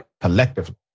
collectively